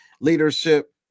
leadership